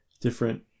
different